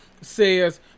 says